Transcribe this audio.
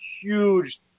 huge